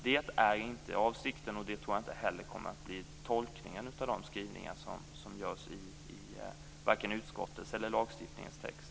Det är inte avsikten, och det tror jag inte heller kommer att bli tolkningen av de skrivningar man gör, varken i utskottets eller i lagstiftningens text.